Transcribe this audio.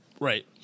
Right